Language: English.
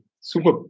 Super